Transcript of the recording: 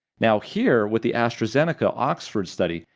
now here with the astrazeneca-oxford study,